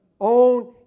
own